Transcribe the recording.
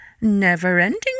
never-ending